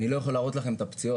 אני לא יכול להראות לכם את הפציעות.